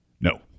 No